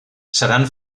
seran